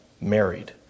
married